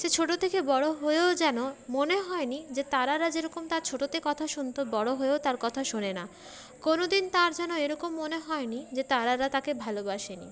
সে ছোটো থেকে বড়ো হয়েও যেন মনে হয়নি যে তারারা যেরকম তার ছোটোতে কথা শুনতো বড়ো হয়েও তার কথা শোনে না কোনওদিন তার যেন এরকম মনে হয়নি যে তারারা তাকে ভালোবাসেনি